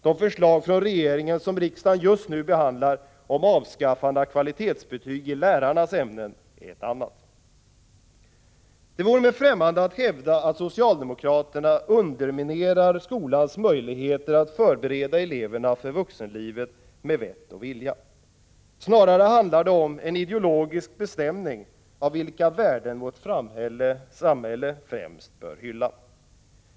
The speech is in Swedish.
De förslag från regeringen som riksdagen just nu behandlar om avskaffande av kvalitetsbetyg i lärarnas ämnen är ett annat. Det vore mig främmande att hävda att socialdemokraterna underminerar skolans möjligheter att förbereda eleverna för vuxenlivet med vett och vilja. Snarare handlar det om en ideologisk bestämning av vilka värden vårt samhälle främst bör hylla.